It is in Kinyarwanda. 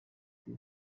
ati